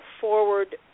forward